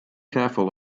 careful